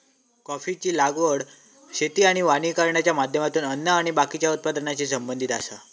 कॉफीची लागवड शेती आणि वानिकरणाच्या माध्यमातून अन्न आणि बाकीच्या उत्पादनाशी संबंधित आसा